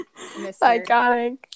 Iconic